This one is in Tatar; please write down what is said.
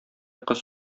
кыз